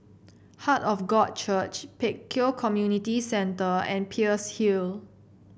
Heart of God Church Pek Kio Community Centre and Peirce Hill